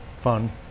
fun